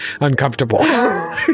uncomfortable